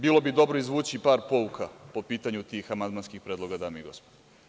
Bilo bi dobro izvući par pouka po pitanju tih amandmanskih predloga, dame i gospodo.